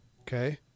Okay